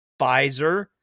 Pfizer